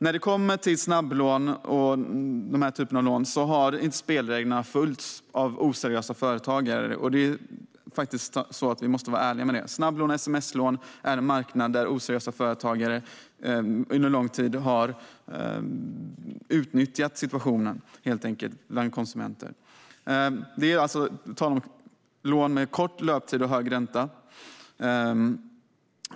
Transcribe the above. När det gäller snabblån och liknande lån har spelreglerna inte följts av oseriösa företagare. Vi måste vara ärliga med det. Snabblån och sms-lån är en marknad där oseriösa aktörer under lång tid helt enkelt har utnyttjat konsumenternas situation. Det handlar om lån med kort löptid och hög ränta.